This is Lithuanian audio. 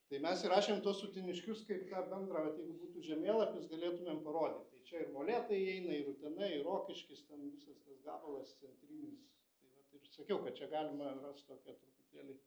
tai mes įrašėm tuos uteniškius kaip tą bendrą vat jeigu būtų žemėlapis galėtumėm parodyt tai čia ir molėtai įeina ir utena ir rokiškis ten visas tas gabalas centrinis taip vat ir sakiau kad čia galima rast tokią truputėlį